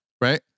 Right